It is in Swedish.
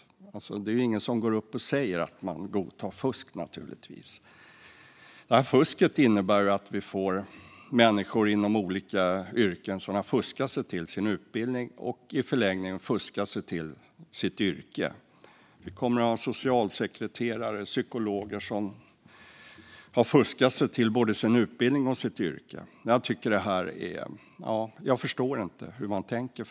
Men det är naturligtvis ingen som går upp och säger att man godtar fusk. Fusket innebär att vi får människor inom olika yrken som har fuskat sig till sin utbildning och i förlängningen också fuskat sig till sitt yrke. Vi kommer att ha socialsekreterare och psykologer som har fuskat sig till både sin utbildning och sitt yrke. Jag förstår faktiskt inte hur man tänker.